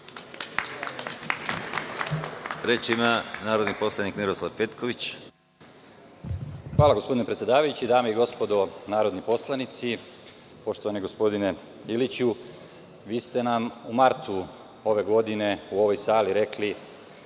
Miroslav Petković. **Miroslav Petković** Hvala, gospodine predsedavajući. Dame i gospodo narodni poslanici, poštovani gospodine Iliću, vi ste nam u martu ove godine u ovoj sali rekli